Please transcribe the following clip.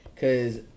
Cause